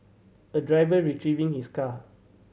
a driver retrieving his car